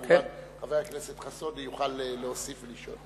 כמובן, חבר הכנסת חסון יוכל להוסיף ולשאול.